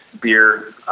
beer